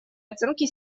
оценки